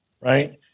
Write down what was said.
Right